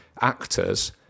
actors